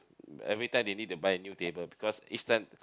every time they need to buy a new table because each time